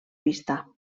pista